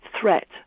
threat